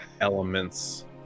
elements